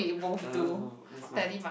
yeah let's move on let's move on